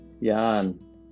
Yan